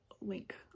link